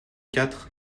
quatre